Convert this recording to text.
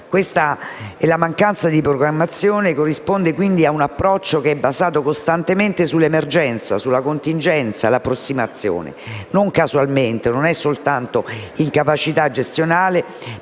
rifiuti. La mancanza di programmazione corrisponde quindi a un approccio basato costantemente sull'emergenza, sulla contingenza e sull'approssimazione. Non casualmente, non è soltanto incapacità gestionale,